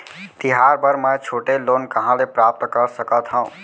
तिहार बर मै छोटे लोन कहाँ ले प्राप्त कर सकत हव?